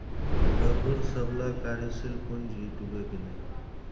रघूर सबला कार्यशील पूँजी डूबे गेले